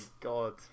God